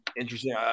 interesting